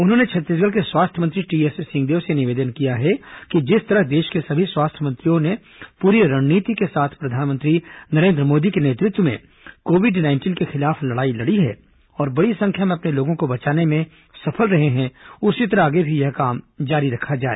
उन्होंने छत्तीसगढ़ के स्वास्थ्य मंत्री टीएस सिंहदेव से निवेदन किया है कि जिस तरह देश के सभी स्वास्थ्य मंत्रियों ने पूरी रणनीति के साथ प्रधानमंत्री नरेन्द्र मोदी के नेतृत्व में कोविड नाइंटीन के खिलाफ लड़ाई लड़ी है और बड़ी संख्या में अपने लोगों को बचाने में सफल रहे हैं उसी तरह आगे भी यह काम जारी रखा जाए